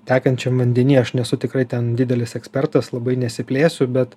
tekančiam vandeny aš nesu tikrai ten didelis ekspertas labai nesiplėsiu bet